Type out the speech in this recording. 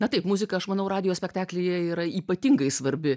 na taip muzika aš manau radijo spektaklyje yra ypatingai svarbi